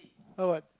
oh what